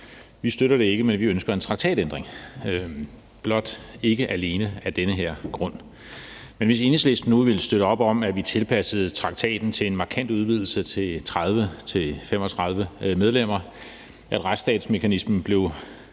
Vi støtter det ikke, men vi ønsker en traktatændring, blot ikke alene af den her grund. Men hvis Enhedslisten nu ville støtte op om, at vi tilpassede traktaten til en markant udvidelse til 30-35 medlemmer; at retsstatsmekanismen blev